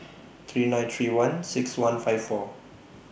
three nine three one six one five four